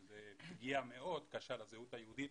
שזו פגיעה מאוד קשה לזהות היהודית